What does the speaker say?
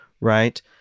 right